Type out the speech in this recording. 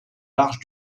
large